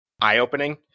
eye-opening